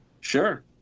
Sure